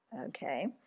Okay